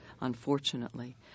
unfortunately